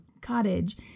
cottage